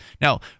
Now